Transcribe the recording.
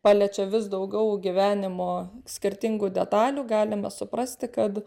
paliečia vis daugiau gyvenimo skirtingų detalių galime suprasti kad